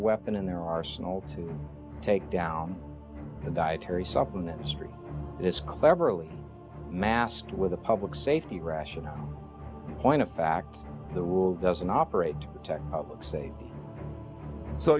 weapon in their arsenal to take down the dietary supplement industry is cleverly masked with a public safety rationale point of fact the rule doesn't operate to protect public safety so